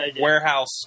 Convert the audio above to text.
warehouse